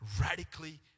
Radically